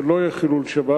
שלא יהיה חילול שבת.